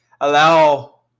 allow